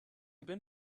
been